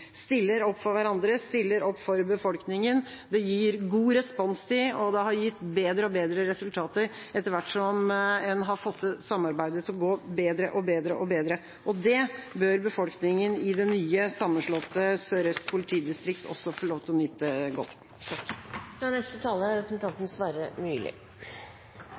stiller opp for hverandre, stiller opp for befolkninga. Det gir god responstid, og det har gitt bedre og bedre resultater etter hvert som en har fått samarbeidet til å gå bedre og bedre. Det bør befolkninga i det nye sammenslåtte Sør-Øst politidistrikt også få lov til å nyte godt